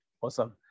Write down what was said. Awesome